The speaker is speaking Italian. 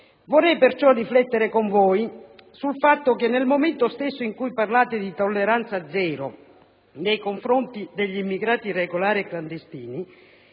Vorrei perciò riflettere con voi sul fatto che, nel momento stesso in cui parlate di tolleranza zero nei confronti degli immigrati irregolari clandestini,